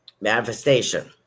Manifestation